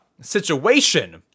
situation